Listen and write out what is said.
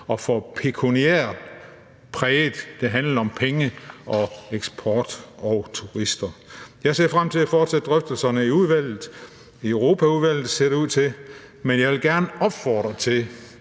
og for pekuniær præget. Det handlede om penge og eksport og turister. Jeg ser frem til at fortsætte drøftelserne i udvalget – i Europaudvalget, ser det ud til. Men jeg vil gerne opfordre til,